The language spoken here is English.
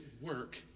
work